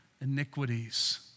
iniquities